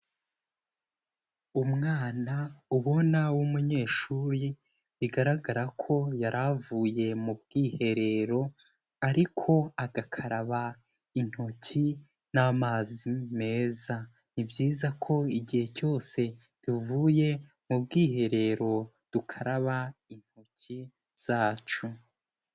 Umwana ubona w'umunyeshuri bigaragara ko yari avuye mu bwiherero ariko agakaraba intoki n'amazi meza, ni byiza ko igihe cyose tuvuye mu bwiherero dukaraba intoki zacu.